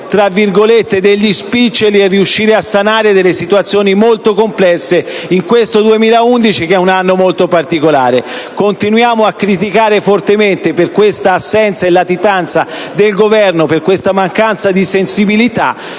aggiungere degli "spiccioli" e sanare delle situazioni molto complesse, in questo 2011, che è un anno molto particolare. Continuiamo a criticare fortemente il Governo per questa assenza e latitanza, per questa mancanza di sensibilità,